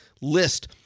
list